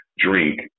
drink